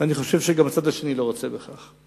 ואני חושב שגם הצד השני לא רוצה בכך.